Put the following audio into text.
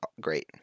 great